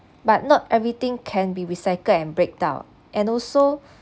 but not everything can be recycled and breakdown and also